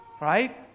Right